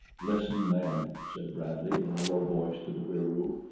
listen, then, said bradley in a low voice to the wieroo.